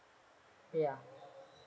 ya